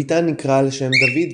הביתן נקרא על-שם דוד פלומבו,